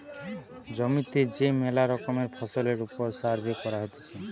জমিতে যে মেলা রকমের ফসলের ওপর সার্ভে করা হতিছে